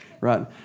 right